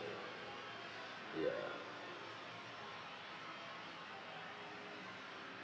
ya